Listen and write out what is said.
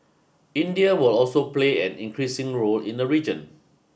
India will also play an increasing role in the region